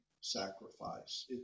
sacrifice